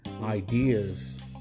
ideas